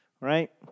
right